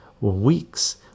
Weeks